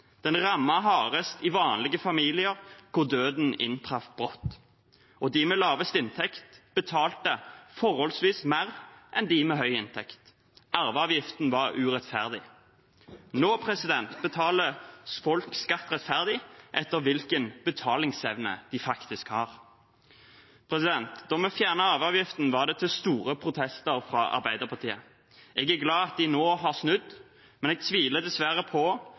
Den rammet hardest i vanlige familier der døden inntraff brått, og de med lavest inntekt betalte forholdsvis mer enn de med høy inntekt. Arveavgiften var urettferdig. Nå betaler folk skatt rettferdig etter hvilken betalingsevne de faktisk har. Da vi fjernet arveavgiften, var det til store protester fra Arbeiderpartiet. Jeg er glad for at de nå har snudd, men jeg tviler dessverre på